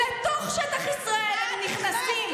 לתוך שטח ישראל הם נכנסים.